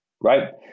right